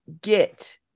get